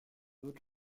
doute